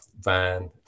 van